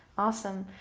awesome.